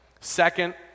Second